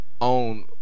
own